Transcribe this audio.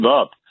up